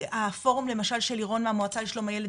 הפורום למשל של לירון מהמועצה לשלום הילד,